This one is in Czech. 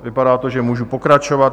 Vypadá to, že můžu pokračovat.